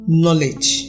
knowledge